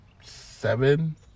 seven